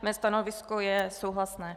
Mé stanovisko je souhlasné.